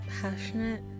passionate